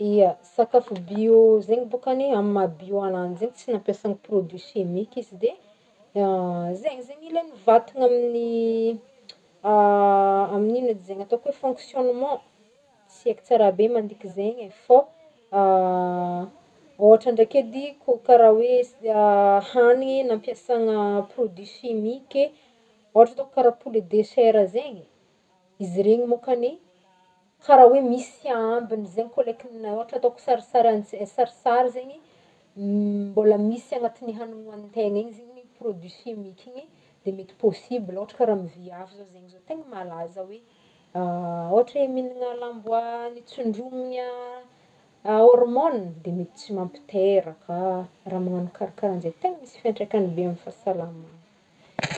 Sakafo bio zegny bôkany e, amin'ny maha bio ananjy ze tsy nampiasagny produits chimiques izy de zegny zegny ilaign'ny vantagna amin'ny amin'ino edy zegny amin'ny fonctionnement, tsy eko tsara be mandiky zegny fô, ohatra ndraiky edy kô karaha hoe hagny nampiasagna produits chimiques, ohatra ataoko karaha poulet de chair zegny, izy iregny môkany karaha misy hoe ambigny zegny kô le k- ohatra hoe ataoko sarisary ants- sarisary zegny le mbola misy anatign'ny hanigny hoagnintegna iny zany produits chimiques igny de mety possible ohatra karaha amy viavy zegny tegna malaza hoe ohatra mihinagna lambo notsindromina hormone de mety tsy mampiteraka, ra magnagno karaha karaha zegny, tegny misy fiantraikagny be amy fahasalamagna.